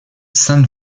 saint